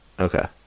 Okay